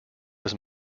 was